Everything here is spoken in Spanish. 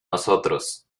nosotros